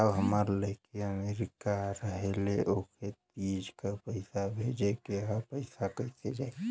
साहब हमार लईकी अमेरिका रहेले ओके तीज क पैसा भेजे के ह पैसा कईसे जाई?